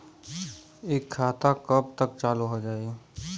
इ खाता कब तक चालू हो जाई?